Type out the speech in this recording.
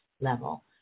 level